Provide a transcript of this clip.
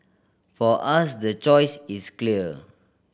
for us the choice is clear